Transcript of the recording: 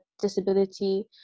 disability